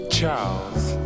Charles